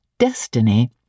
destiny